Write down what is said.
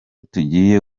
tugiye